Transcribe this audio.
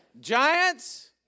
Giants